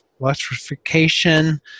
electrification